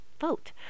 vote